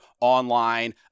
online